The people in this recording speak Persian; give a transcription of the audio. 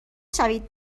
شوید